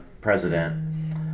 President